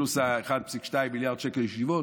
פלוס היה 1.2 מיליארד שקל לישיבות,